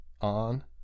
on